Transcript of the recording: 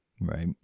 Right